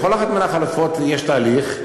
לכל אחת מהחלופות יש תהליך,